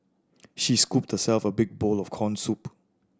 she scooped herself a big bowl of corn soup